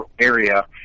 area